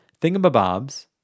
thingamabobs